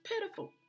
pitiful